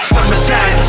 Summertime